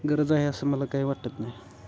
गरज आहे असं मला काही वाटत नाही